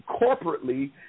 Corporately